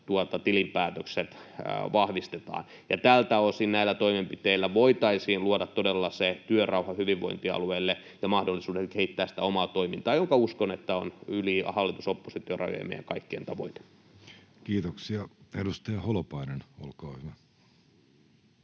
tilinpäätökset vahvistetaan. Tältä osin näillä toimenpiteillä voitaisiin luoda todella se työrauha hyvinvointialueille ja mahdollisuudet kehittää sitä omaa toimintaa, ja uskon sen olevan meidän kaikkien tavoite yli hallitus—oppositio-rajojen. Kiitoksia. — Edustaja Holopainen, olkaa hyvä.